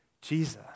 Jesus